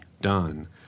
done